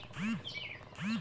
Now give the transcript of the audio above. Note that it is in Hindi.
हम के.वाई.सी कैसे कर सकते हैं?